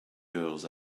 girls